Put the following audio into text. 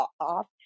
off